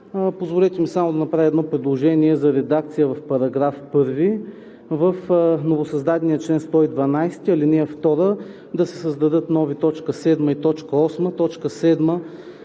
Позволете ми само да направя едно предложение за редакция в § 1, в новосъздадения чл. 112, ал. 2, да се създадат нови т. 7 и т.